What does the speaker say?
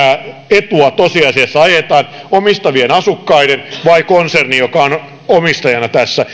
etua tosiasiassa ajetaan omistavien asukkaiden vai konsernin joka on omistajana